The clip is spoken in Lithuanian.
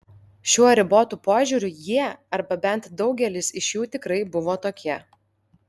šiuo ribotu požiūriu jie arba bent daugelis iš jų tikrai buvo tokie